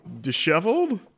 disheveled